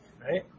Right